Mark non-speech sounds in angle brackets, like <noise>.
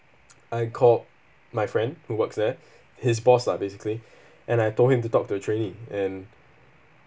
I called my friend who works there his boss lah basically <breath> and I told him to talk to the trainee and